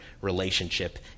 relationship